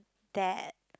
that